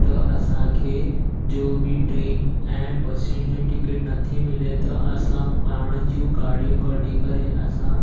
त असांखे जो बि ट्रेन ऐं बसयुनि जी टिकेट नथी मिले त असां पंहिंजूं गाॾियूं कढी करे असां